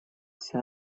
вся